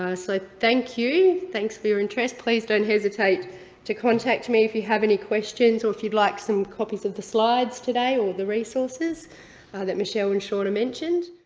like thank you, thanks for your interest, please don't hesitate to contact me if you have any questions or if you'd like some copies of the slides today or the resources that michelle and seana mentioned.